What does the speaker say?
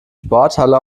sporthalle